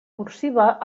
cursiva